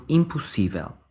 impossível